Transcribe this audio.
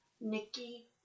Nikki